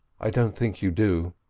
i don't think you do.